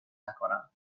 نکنم